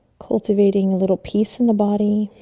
cultivating a little peace in the body.